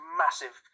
massive